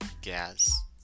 gas